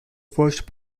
first